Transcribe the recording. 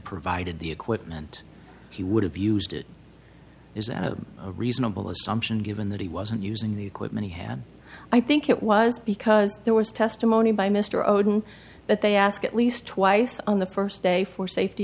provided the equipment he would have used it is a reasonable assumption given that he wasn't using the equipment he had i think it was because there was testimony by mr oden that they asked at least twice on the first day for safety